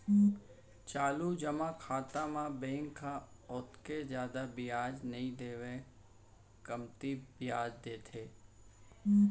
चालू जमा खाता म बेंक ह ओतका जादा बियाज नइ देवय कमती बियाज देथे